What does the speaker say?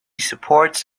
supports